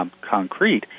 concrete